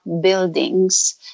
buildings